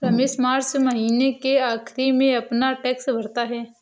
Ramesh March महीने के आखिरी में अपना टैक्स भरता है